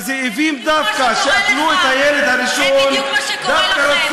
והזאבים, זה בדיוק מה שקורה לך.